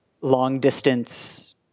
long-distance